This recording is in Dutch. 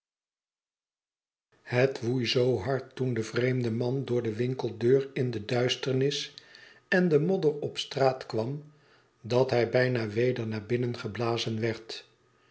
het woei zoo hard toen de vreemde man door de winkeldeur in de duisternis en de modder op straat kwam dat hij bijna weder naar binnen geblazen werd